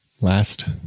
last